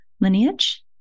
lineage